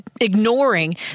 ignoring